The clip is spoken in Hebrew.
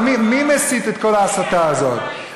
אבל מי מסית את כל ההסתה הזאת?